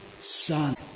Son